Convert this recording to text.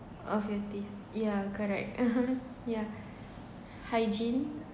of your teeth yeah correct yeah hygiene